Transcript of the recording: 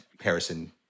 Harrison